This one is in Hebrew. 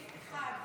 סגמן,